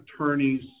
attorneys